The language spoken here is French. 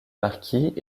marquis